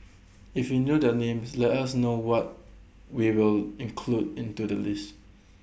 if you know their names let us know what we will include into the list